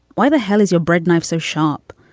why the hell is your bread knife so sharp?